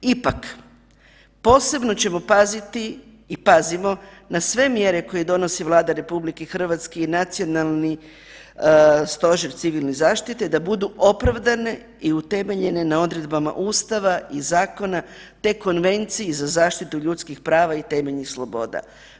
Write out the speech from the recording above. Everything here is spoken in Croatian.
Ipak, posebno ćemo paziti i pazimo na sve mjere koje donosi Vlada RH i Nacionalni stožer civilne zaštite da budu opravdane i utemeljene na odredbama Ustava i zakona te Konvenciji za zaštitu ljudskih prava i temeljnih sloboda.